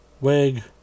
Wig